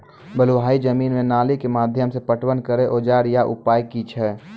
बलूआही जमीन मे नाली के माध्यम से पटवन करै औजार या उपाय की छै?